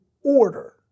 order